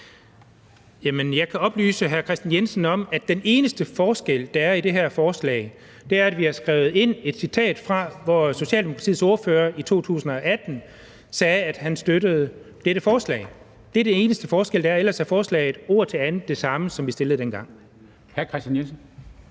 Jensen om, at den eneste forskel, der er i det her forslag, er, at vi har skrevet et citat ind fra Socialdemokratiets ordfører, der i 2018 sagde, at han støttede dette forslag. Det er den eneste forskel, der er. Ellers er forslaget ord til andet det samme, som vi stillede dengang.